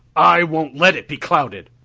i won't let it be clouded,